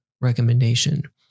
recommendation